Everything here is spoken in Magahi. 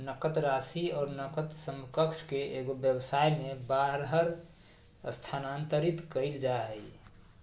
नकद राशि और नकद समकक्ष के एगो व्यवसाय में बाहर स्थानांतरित कइल जा हइ